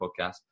podcast